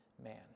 man